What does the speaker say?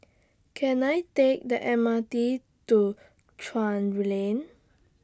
Can I Take The M R T to Chuan Ray Lane